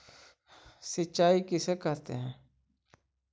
सिंचाई किसे कहते हैं?